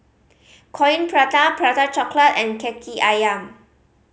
Coin Prata Prata Chocolate and Kaki Ayam